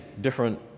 different